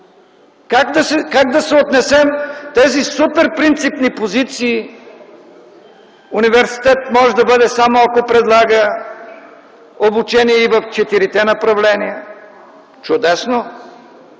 Как да съотнесем тези суперпринципни позиции: университет може да бъде само, ако предлага обучение и в четирите направления? Чудесно!